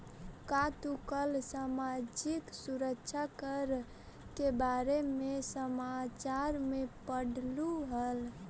का तू कल सामाजिक सुरक्षा कर के बारे में समाचार में पढ़लू हल